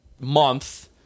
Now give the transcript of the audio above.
month